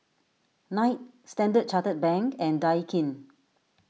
Knight Standard Chartered Bank and Daikin